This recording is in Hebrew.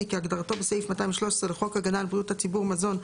כהגדרתו בסעיף 213 לחוק הגנה על בריאות הציבור (מזון),